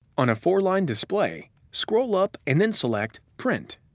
on a four line display, scroll up and then select print.